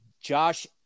Josh